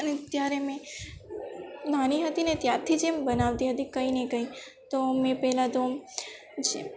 અને ત્યારે મેં નાની હતી ને ત્યારથી જ એમ બનાવતી હતી કંઈ ને કંઈ તો મેં પહેલાં તો જે